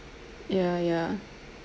ya ya